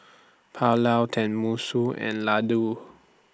Pulao Tenmusu and Ladoo